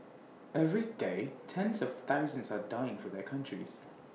every day tens of thousands are dying for their countries